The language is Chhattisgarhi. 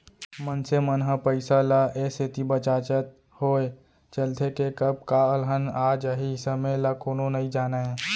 मनसे मन ह पइसा ल ए सेती बचाचत होय चलथे के कब का अलहन आ जाही समे ल कोनो नइ जानयँ